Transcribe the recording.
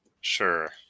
Sure